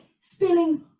spilling